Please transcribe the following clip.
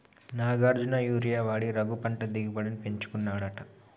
Nagarjuna urea వాడి రఘు పంట దిగుబడిని పెంచుకున్నాడట